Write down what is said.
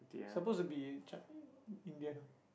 suppose to be Chi~ Indian ah